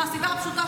מהסיבה הפשוטה,